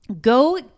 Go